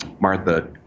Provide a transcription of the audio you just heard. Martha